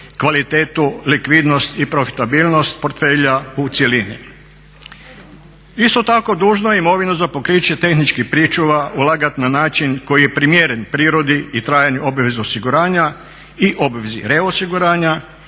kvalitetu, likvidnost i profitabilnost portfelja u cjelini. Isto tako, dužno je imovinu za pokriće tehničkih pričuva ulagat na način koji je primjeren prirodi i trajanju obaveznog osiguranja i obvezi reosiguranja